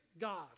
God